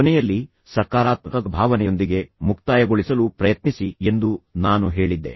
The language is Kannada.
ಕೊನೆಯಲ್ಲಿ ಸಕಾರಾತ್ಮಕ ಭಾವನೆಯೊಂದಿಗೆ ಮುಕ್ತಾಯಗೊಳಿಸಲು ಪ್ರಯತ್ನಿಸಿ ಎಂದು ನಾನು ಹೇಳಿದ್ದೆ